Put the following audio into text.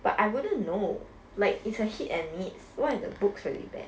but I wouldn't know like it's a hit and miss what if the books really bad